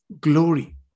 glory